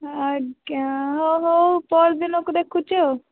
ଆଜ୍ଞା ହଉ ହଉ ପହର ଦିନକୁ ଦେଖୁଛି ଆଉ